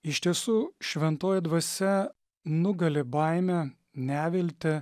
iš tiesų šventoji dvasia nugali baimę neviltį